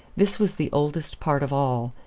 this was the oldest part of all.